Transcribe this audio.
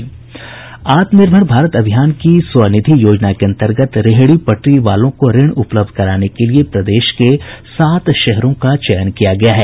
आत्म निर्भर भारत अभियान की स्व निधि योजना के अन्तर्गत रेहड़ी पटरी वालों को ऋण उपलब्ध कराने के लिए प्रदेश के सात शहरों का चयन किया गया है